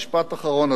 אדוני היושב-ראש.